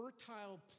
fertile